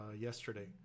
yesterday